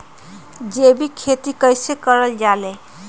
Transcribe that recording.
जैविक खेती कई से करल जाले?